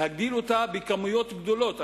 להגדיל אותה בכמויות גדולות.